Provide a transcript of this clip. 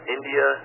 India